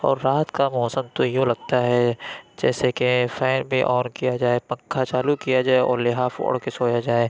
اور رات کا موسم تو یوں لگتا ہے جیسے کہ فین بھی آن کیا جائے پنکھا چالو کیا جائے اور لفاف اوڑھ کے سویا جائے